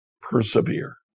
Persevere